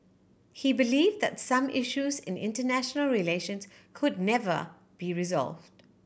he believe that some issues in international relations could never be resolved